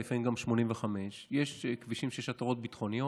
לפעמים גם 85. יש כבישים שלגביהם יש התרעות ביטחוניות